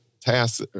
tasks